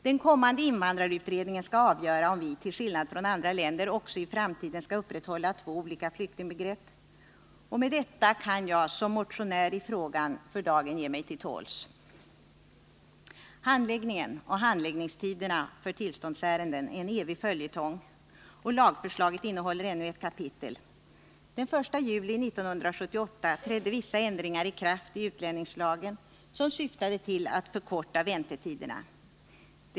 Den kommande invandrarutredningen skall avgöra om vi till skillnad från andra länder också i framtiden skall upprätthålla två olika flyktingbegrepp. Med detta kan jag som motionär i frågan för dagen ge mig till tåls. Handläggningen och handläggningstiden är en evig följetong, och lagförslaget innehåller ännu ett kapitel. Den 1 juli 1978 trädde vissa ändringar i kraft i utlänningslagen som syftade till att förkorta väntetiderna.